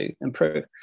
improve